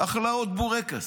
אכלה עוד בורקס.